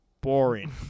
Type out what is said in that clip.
boring